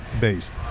Based